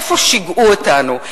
איפה שיגעו אותנו?